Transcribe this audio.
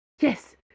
Yes